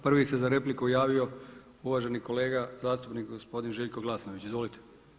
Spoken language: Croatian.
Prvi se za repliku javio uvaženi kolega zastupnik gospodin Željko Glasnović, izvolite.